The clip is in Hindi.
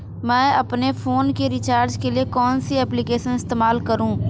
मैं अपने फोन के रिचार्ज के लिए कौन सी एप्लिकेशन इस्तेमाल करूँ?